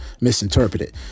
misinterpreted